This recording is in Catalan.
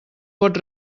pot